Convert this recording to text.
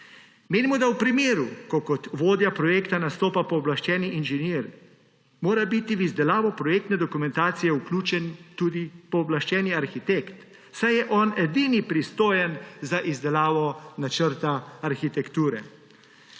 Menimo, da mora biti, ko kot vodja projekta nastopa pooblaščeni inženir, v izdelavo projektne dokumentacije vključen tudi pooblaščeni arhitekt, saj je on edini pristojen za izdelavo načrta arhitekture.